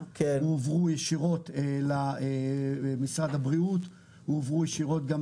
הועברו ישירות למשרד הבריאות והועברו ישירות גם